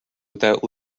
without